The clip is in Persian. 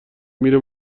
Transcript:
میره